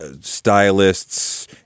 stylists